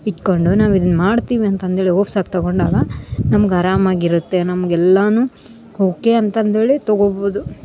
ನಾವು ಇದನ್ನ ಮಾಡ್ತೀವಿ ಅಂತಂದೇಳಿ ಹೋಪ್ಸಾಗ ತಗೊಂಡಾಗ ನಮ್ಗ ಅರಾಮಾಗಿರುತ್ತೆ ನಮ್ಗ ಎಲ್ಲಾನು ಓಕೆ ಅಂತಂದೇಳಿ ತಗೋಬೋದು